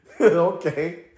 Okay